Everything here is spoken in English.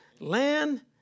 land